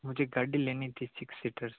मुझे गाड़ी लेने की सिक्स सीटर